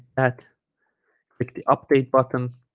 at click the update button